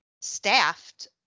staffed